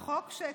כן.